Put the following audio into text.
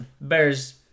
Bears